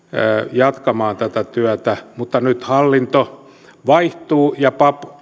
jatkamaan tätä työtä mutta nyt hallinto vaihtuu ja papp